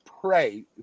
pray